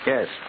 Yes